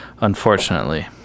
unfortunately